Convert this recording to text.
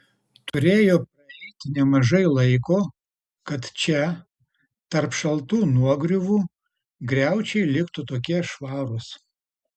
turėjo praeiti nemažai laiko kad čia tarp šaltų nuogriuvų griaučiai liktų tokie švarūs